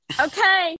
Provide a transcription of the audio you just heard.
Okay